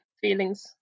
feelings